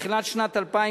בתחילת שנת 2000,